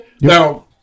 Now